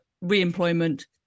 re-employment